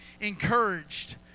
encouraged